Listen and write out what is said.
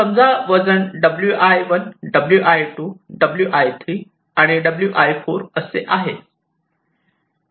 समजा वजन wi1 wi2 wi3 आणि wi4 असे आहे